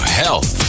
health